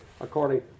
according